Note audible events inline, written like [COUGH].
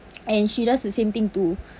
[NOISE] and she does the same thing too